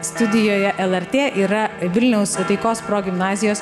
studijoje lrt yra vilniaus taikos progimnazijos